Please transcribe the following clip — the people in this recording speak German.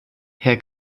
herr